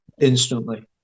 instantly